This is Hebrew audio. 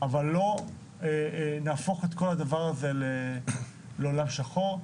אבל לא נהפוך את כל הדבר הזה לעולם שחור.